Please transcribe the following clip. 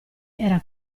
era